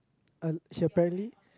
uh he apparently